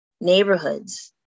neighborhoods